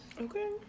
Okay